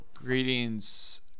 Greetings